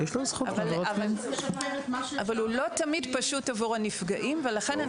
אבל הוא לא תמיד פשוט עבור הנפגעים ולכן אני